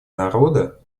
народа